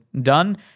done